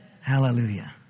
Hallelujah